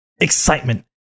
excitement